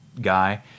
guy